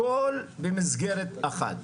הכל במסגרת אחת,